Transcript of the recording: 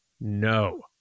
no